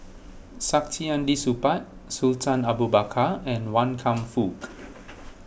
Saktiandi Supaat Sultan Abu Bakar and Wan Kam Fook